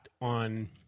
on